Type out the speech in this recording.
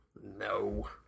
No